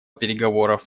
переговоров